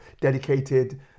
dedicated